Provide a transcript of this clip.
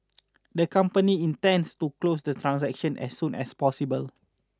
the company intends to close the transaction as soon as possible